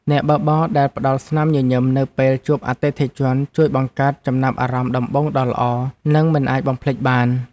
អ្នកបើកបរដែលផ្ដល់ស្នាមញញឹមនៅពេលជួបអតិថិជនជួយបង្កើតចំណាប់អារម្មណ៍ដំបូងដ៏ល្អ និងមិនអាចបំភ្លេចបាន។